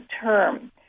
term